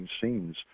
scenes